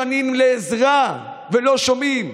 הילדים מתחננים לעזרה, ולא שומעים.